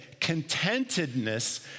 contentedness